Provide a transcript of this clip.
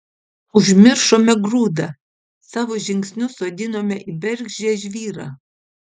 užmiršome grūdą savo žingsnius sodinome į bergždžią žvyrą